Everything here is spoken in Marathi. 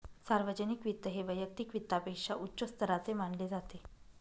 सार्वजनिक वित्त हे वैयक्तिक वित्तापेक्षा उच्च स्तराचे मानले जाते